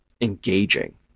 engaging